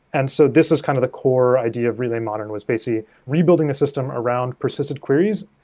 and so this is kind of the core idea of relay modern was basically rebuilding a system around persistent queries.